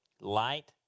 light